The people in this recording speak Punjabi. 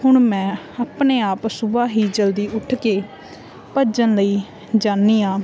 ਹੁਣ ਮੈਂ ਆਪਣੇ ਆਪ ਸੁਬਹਾ ਹੀ ਜਲਦੀ ਉੱਠ ਕੇ ਭੱਜਣ ਲਈ ਜਾਂਦੀ ਹਾਂ